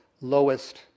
lowest